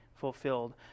fulfilled